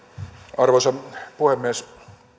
arvoisa puhemies